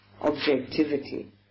objectivity